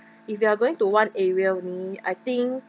if you are going to one area only I think